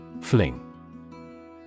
Fling